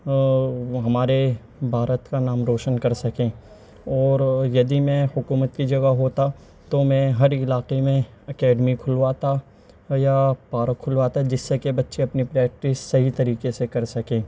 اور وہ ہمارے بھارت کا نام روشن کر سکیں اور یدی میں حکومت کی جگہ ہوتا تو میں ہر علاقے میں اکیڈمی کھلواتا یا پارک کھلواتا جس سے کہ بچے اپنی پریکٹس صحیح طریقے سے کر سکیں